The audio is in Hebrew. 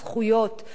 גם למקרים,